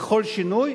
בכל שינוי.